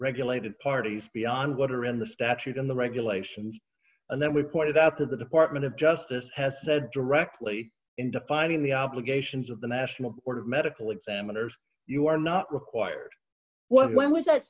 regulated parties beyond what are in the statute and the regulations and then we pointed out that the department of justice has said directly in defining the obligations of the national board of medical examiners you are not required what when was that